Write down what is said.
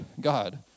God